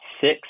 six